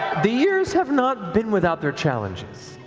the years have not been without their challenges.